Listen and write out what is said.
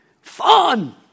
fun